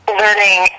learning